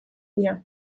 dira